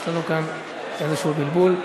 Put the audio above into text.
יש לנו כאן איזה בלבול.